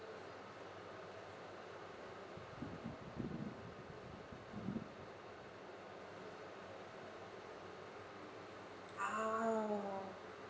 ah